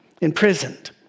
imprisoned